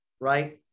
right